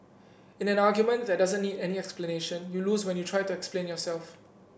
in an argument that doesn't need any explanation you lose when you try to explain yourself